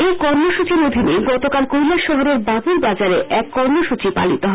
এই কর্মসূচীর অধীনেই গতকাল কৈলাসহরের বাবুর বাজারে এক কর্মসূচী পালিত হয়